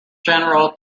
general